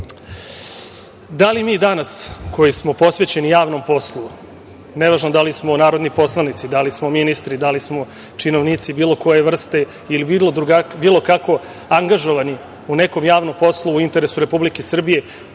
li mi danas koji smo posvećeni javnom poslu, nevažno da li smo narodni poslanici , da li smo ministri, da li smo činovnici bilo koje vrste ili bilo kako angažovani u nekom javnom poslu u interesu Republike Srbije,